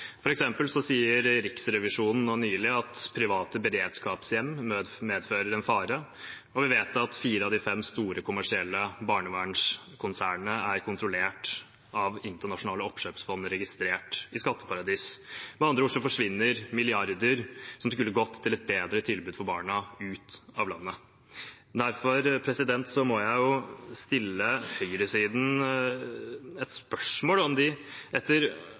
sier Riksrevisjonen nå nylig at private beredskapshjem medfører en fare, og vi vet at fire av de fem store kommersielle barnevernskonsernene er kontrollert av internasjonale oppkjøpsfond registrert i skatteparadis. Med andre ord forsvinner milliarder som skulle gått til et bedre tilbud til barna, ut av landet. Derfor må jeg stille høyresiden et spørsmål, om de etter